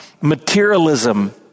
materialism